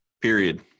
Period